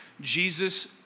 Jesus